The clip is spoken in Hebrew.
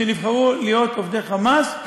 שנבחרו להיות עובדי "חמאס" פוטרו.